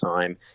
time